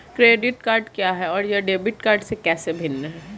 Credit card क्या है और यह डेबिट कार्ड से कैसे भिन्न है?